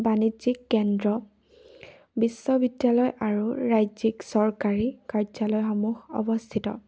বাণিজ্যিক কেন্দ্ৰ বিশ্ববিদ্যালয় আৰু ৰাজ্যিক চৰকাৰী কাৰ্যালয়সমূহ অৱস্থিত